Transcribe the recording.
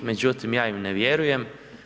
Međutim, ja im ne vjerujem.